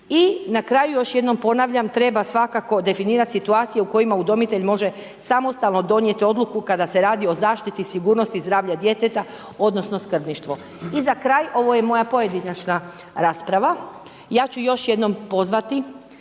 I na kraju još jednom ponavljam, treba svakako definirati situacije u kojima udomitelj može samostalno donijeti odluku kada se radi o zaštiti sigurnosti zdravlja djeteta, odnosno skrbništvo. I za kraj, ovo je moja pojedinačna rasprava, ja ću još jednom pozvati